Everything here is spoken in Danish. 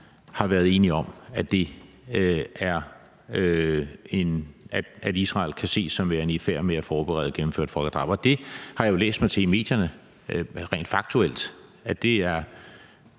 har været enige om, at Israel kan ses som værende i færd med at forberede og gennemføre et folkedrab. Og det har jeg jo læst mig til i medierne rent faktuelt er